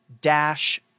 dash